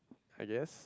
I guess